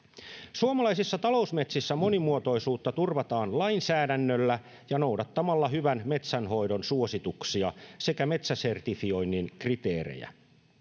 suomalaisissa talousmetsissä monimuotoisuutta turvataan lainsäädännöllä ja noudattamalla hyvän metsänhoidon suosituksia sekä metsäsertifioinnin kriteerejä